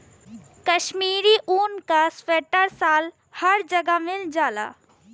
कशमीरी ऊन क सीवटर साल हर जगह मिल जाला